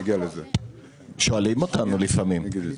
שואלים אותנו לפעמים.